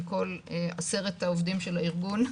על כל עשרת העובדים של הארגון,